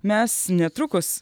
mes netrukus